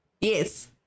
Yes